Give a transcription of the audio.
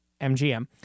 MGM